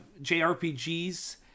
JRPGs